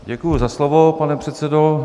Děkuji za slovo, pane předsedo.